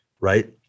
right